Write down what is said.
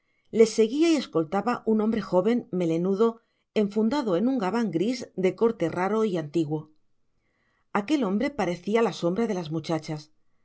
les seguía y escoltaba un hombre joven melenudo enfundado en un gabán gris de corte raro y antiguo aquel hombre parecía la sombra de las muchachas